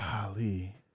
Golly